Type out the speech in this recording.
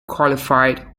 qualified